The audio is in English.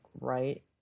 right